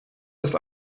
ist